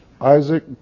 Isaac